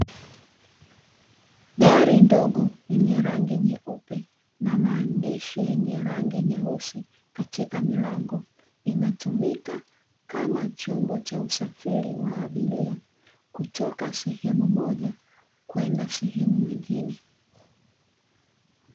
Gari ndogo yenye rangi nyeupe, na maandishi yenye rangi nyeusi katika milango, inatumika kama chombo cha usafiri wa abiria, kutoka sehemu moja kwenda sehemu nyingine.